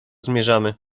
zmierzamy